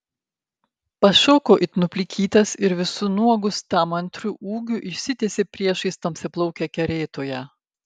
pašoko it nuplikytas ir visu nuogu stamantriu ūgiu išsitiesė priešais tamsiaplaukę kerėtoją